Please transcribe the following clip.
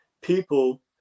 people